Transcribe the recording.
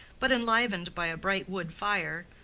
but enlivened by a bright wood fire,